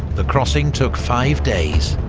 the crossing took five days.